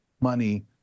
money